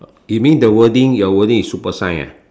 you mean the wording your wording is super shine ah